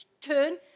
turn